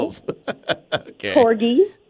Corgi